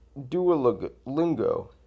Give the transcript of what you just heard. Duolingo